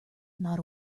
not